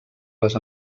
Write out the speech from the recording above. les